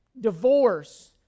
divorce